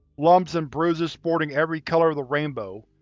lumps and bruises sporting every color of the rainbow.